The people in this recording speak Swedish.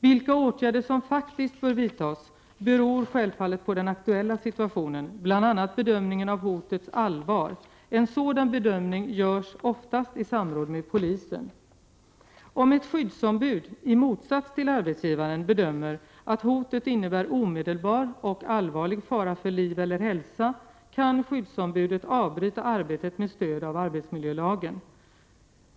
Vilka åtgärder som faktiskt bör vidtas beror självfallet på den aktuella situationen, bl.a. bedömningen av hotets allvar. En sådan bedömning görs oftast i samråd med polisen. Om ett skyddsombud, i motsats till arbetsgivaren, bedömer att hotet innebär omedelbar och allvarlig fara för liv eller hälsa kan skyddsombudet avbryta arbetet med stöd av arbetsmiljölagen.